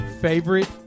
favorite